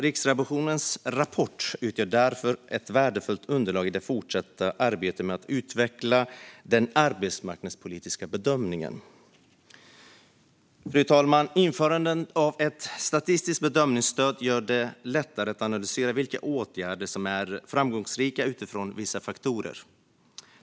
Riksrevisionens rapport utgör därför ett värdefullt underlag i det fortsatta arbetet med att utveckla den arbetsmarknadspolitiska bedömningen. Införandet av ett statistiskt bedömningsstöd gör det lättare att analysera vilka åtgärder som är framgångsrika utifrån vissa faktorer.